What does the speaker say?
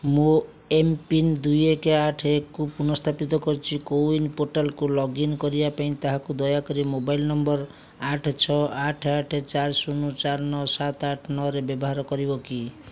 ମୋ M PIN ଦୁଇ ଏକ ଆଠ ଏକକୁ ପୁନଃସ୍ଥାପିତ କରିଛି କୋୱିନ୍ ପୋର୍ଟାଲକୁ ଲଗ୍ଇନ୍ କରିବା ପାଇଁ ତାହାକୁ ଦୟାକରି ମୋବାଇଲ ନମ୍ବର ଆଠ ଛଅ ଆଠ ଆଠ ଚାରି ଶୂନ ଚାରି ନଅ ସାତ ଆଠ ନଅରେ ବ୍ୟବହାର କରିବ କି